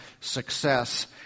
success